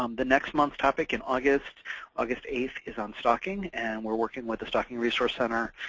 um the next month's topic in august august eighth is on stalking, and we're working with the stalking resource center,